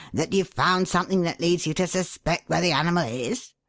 that you've found something that leads you to suspect where the animal is?